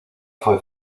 fue